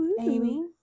amy